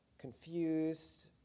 confused